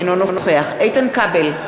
אינו נוכח איתן כבל,